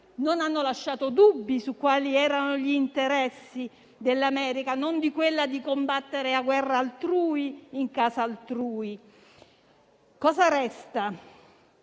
non hanno lasciato dubbi su quali erano gli interessi dell'America e non erano certo quelli di combattere una guerra altrui in casa altrui. Cosa resta?